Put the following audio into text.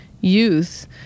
youth